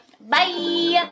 Bye